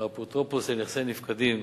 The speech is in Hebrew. האפוטרופוס לנכסי נפקדים,